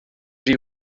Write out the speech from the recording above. die